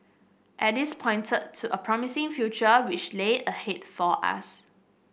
at this pointed to a promising future which lay ahead for us